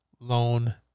loan